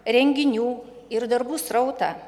renginių ir darbų srautą